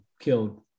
killed